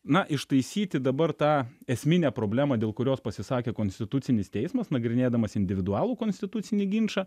na ištaisyti dabar tą esminę problemą dėl kurios pasisakė konstitucinis teismas nagrinėdamas individualų konstitucinį ginčą